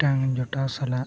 ᱢᱤᱫᱴᱟᱝ ᱡᱚᱴᱟᱣ ᱥᱟᱞᱟᱜ